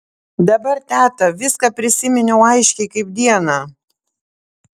dabar teta viską prisiminiau aiškiai kaip dieną